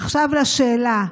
עכשיו לשאלה.